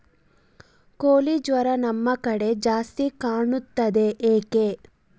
ಕೋಳಿ ಜ್ವರ ನಮ್ಮ ಕಡೆ ಜಾಸ್ತಿ ಕಾಣುತ್ತದೆ ಏಕೆ?